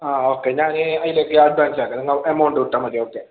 ആ ഓക്കെ ഞാൻ അതിലേക്ക് അഡ്വാൻസ് ആക്കാം നിങ്ങൾ എമൗണ്ട് ഇട്ടാൽ മതി ഓക്കെ